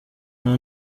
nta